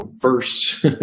first